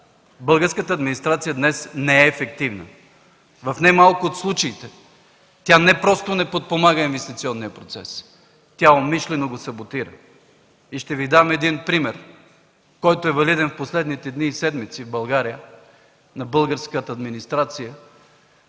Българската администрация днес не е ефективна. В немалко от случаите тя не просто не подпомага инвестиционния процес, тя умишлено го саботира. Ще Ви дам един пример, който е валиден в последните дни и седмици в България, на българската администрация,